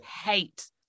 hate